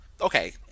Okay